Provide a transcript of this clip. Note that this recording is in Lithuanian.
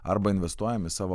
arba investuojam į savo